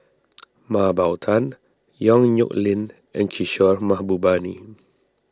Mah Bow Tan Yong Nyuk Lin and Kishore Mahbubani